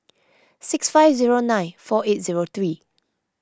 six five zero nine four eight zero three